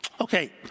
Okay